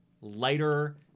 lighter